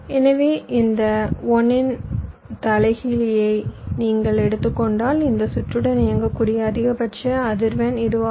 எனவே இந்த 1 இன் தலைகீழியை நீங்கள் எடுத்துக்கொண்டால் இந்த சுற்றுடன் இயங்கக்கூடிய அதிகபட்ச அதிர்வெண் இதுவாகும்